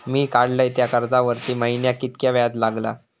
मी काडलय त्या कर्जावरती महिन्याक कीतक्या व्याज लागला?